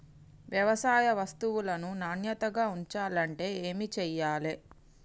వ్యవసాయ వస్తువులను నాణ్యతగా ఉంచాలంటే ఏమి చెయ్యాలే?